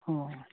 অঁ